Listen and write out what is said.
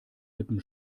lippen